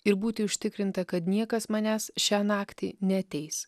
ir būti užtikrinta kad niekas manęs šią naktį neateis